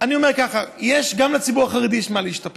אני אומר ככה: גם לציבור החרדי יש מה להשתפר,